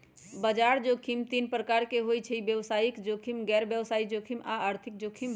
बजार जोखिम तीन प्रकार के होइ छइ व्यवसायिक जोखिम, गैर व्यवसाय जोखिम आऽ आर्थिक जोखिम